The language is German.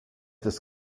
des